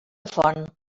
font